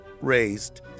raised